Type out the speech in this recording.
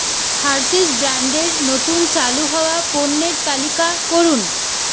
Hershey's ব্র্যান্ডের নতুন চালু হওয়া পণ্যের তালিকা করুন